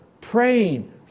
praying